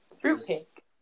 Fruitcake